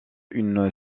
une